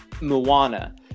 Moana